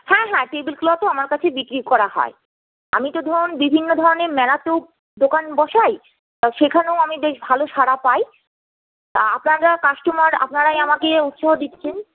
হ্যাঁ হ্যাঁ টেবিল ক্লথও আমার কাছে বিক্রি করা হয় আমি তো ধরুন বিভিন্ন ধরনের মেলাতেও দোকান বসাই সেখানেও আমি বেশ ভালো সাড়া পাই তা আপনারা কাস্টমার আপনারাই আমাকে উৎসাহ দিচ্ছেন